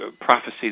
prophecies